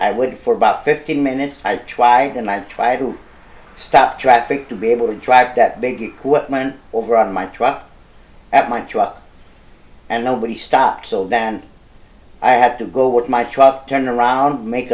i would for about fifteen minutes i try and i try to stop traffic to be able to drive that big man over on my truck at my truck and nobody stopped so then i had to go with my truck turned around make